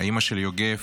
אימא של יגב,